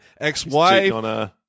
ex-wife